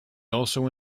also